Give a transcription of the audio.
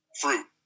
fruit